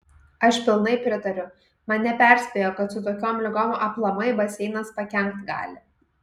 aš pilnai pritariu mane perspėjo kad su tokiom ligom aplamai baseinas pakenkt gali